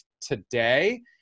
today